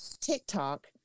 TikTok